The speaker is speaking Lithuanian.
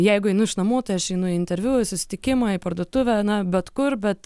jeigu einu iš namų tai aš einu į interviu į susitikimą į parduotuvę na bet kur bet